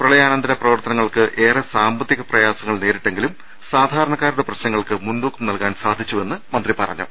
പ്രളയാ നന്തര പ്രവർത്തനങ്ങൾക്ക് ഏറെ സാമ്പത്തിക പ്രയാസങ്ങൾ നേരി ട്ടെങ്കിലും സാധാരണക്കാരുടെ പ്രശ്നങ്ങൾക്ക് മുൻതൂക്കം നൽകാൻ സാധിച്ചു എന്നും മന്ത്രി പറഞ്ഞു